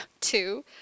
two